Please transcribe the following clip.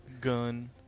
gun